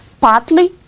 partly